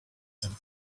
and